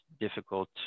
difficult